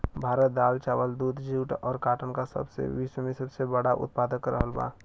भारत दाल चावल दूध जूट और काटन का विश्व में सबसे बड़ा उतपादक रहल बा